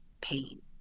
pain